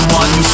one